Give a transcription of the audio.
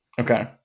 Okay